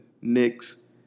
Knicks